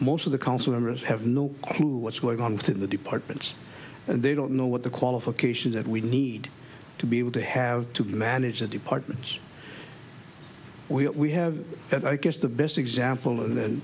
most of the council members have no clue what's going on in the departments and they don't know what the qualifications that we need to be able to have to manage the departments we have that i guess the best example in the